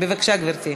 בבקשה, גברתי.